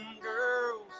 girls